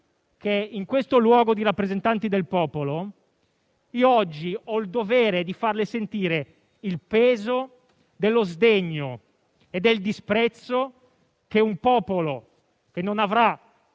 in questo luogo di rappresentanti del popolo, ho il dovere di farle sentire il peso dello sdegno e del disprezzo che un popolo, che non avrà